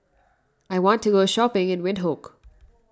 I want to go shopping in Windhoek